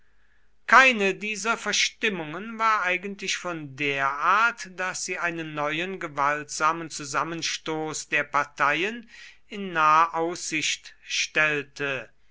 keine dieser verstimmungen war eigentlich von der art daß sie einen neuen gewaltsamen zusammenstoß der parteien in nahe aussicht stellte